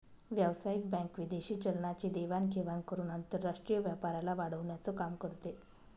व्यावसायिक बँक विदेशी चलनाची देवाण घेवाण करून आंतरराष्ट्रीय व्यापाराला वाढवण्याचं काम करते